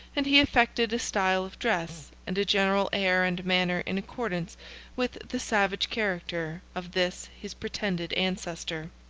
and he affected a style of dress and a general air and manner in accordance with the savage character of this his pretended ancestor.